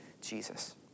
Jesus